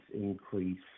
increase